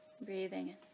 Breathing